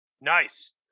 Nice